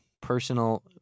Personal